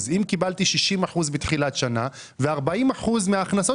אם קיבלתי 60% בתחילת השנה ו-40% מן ההכנסות